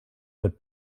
but